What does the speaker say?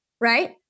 right